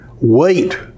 Wait